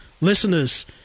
listeners